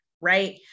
right